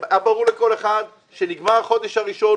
היה ברור לכל אחד שנגמר החודש הראשון,